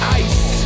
ice